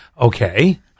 okay